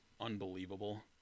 unbelievable